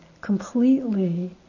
completely